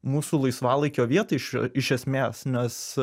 mūsų laisvalaikio vietą iš iš esmės nes